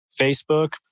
Facebook